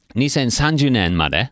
2030年まで